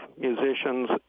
musicians